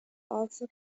also